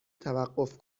توقف